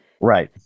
right